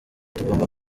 tugomba